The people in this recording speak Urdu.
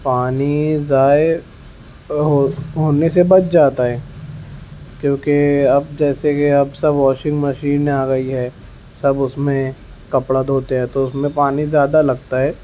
پانی ضائع ہو ہونے سے بچ جاتا ہے کیونکہ اب جیسے کہ اب سب واشنگ مشین آ گئی ہے سب اس میں کپڑا دھوتے ہیں تو اس میں پانی زیادہ لگتا ہے